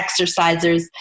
exercisers